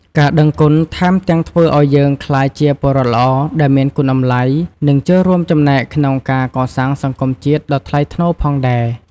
ការដឹងគុណថែមទាំងធ្វើឱ្យយើងក្លាយជាពលរដ្ឋល្អដែលមានគុណតម្លៃ និងចូលរួមចំណែកក្នុងការកសាងសង្គមជាតិដ៏ថ្លៃថ្នូរផងដែរ។